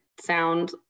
sound